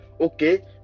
Okay